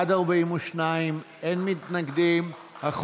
בעד, 42, אין מתנגדים, אין נמנעים.